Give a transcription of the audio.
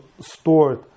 stored